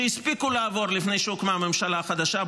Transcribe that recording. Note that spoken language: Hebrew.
שהספיקו לעבור לפני שהוקמה הממשלה החדשה,